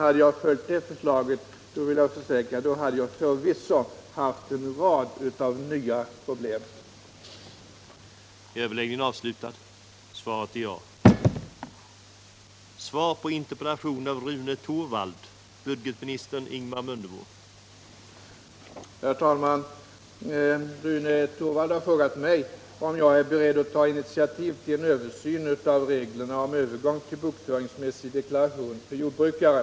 Om jag hade följt det förslaget hade jag förvisso haft en rad nya problem, det vill jag försäkra.